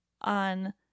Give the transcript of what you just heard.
on